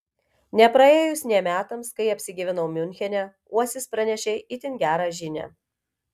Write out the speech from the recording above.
nepraėjus nė metams kai apsigyvenau miunchene uosis pranešė itin gerą žinią